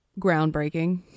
groundbreaking